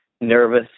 nervous